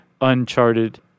uncharted